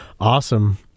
Awesome